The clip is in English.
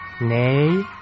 nay